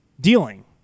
dealing